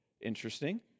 interesting